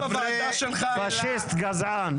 פשיסט גזען.